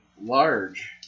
large